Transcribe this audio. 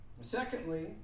Secondly